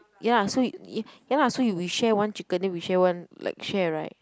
ya so uh ya lah so we we share one chicken then we share one like share right